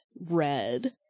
red